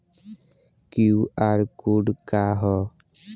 QR code का ह?